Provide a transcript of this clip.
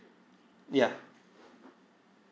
yeah